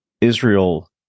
Israel